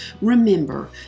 Remember